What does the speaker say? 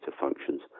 functions